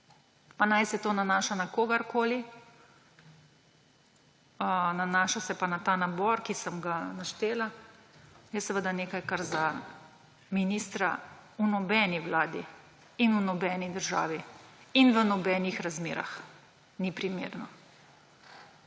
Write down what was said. pa naj se to nanaša na kogarkoli, nanaša se pa na ta nabor, ki sem ga naštela, je nekaj, kar za ministra v nobeni vladi in v nobeni državi in v nobenih razmerah ni primerno.